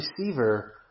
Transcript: receiver